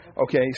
Okay